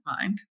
mind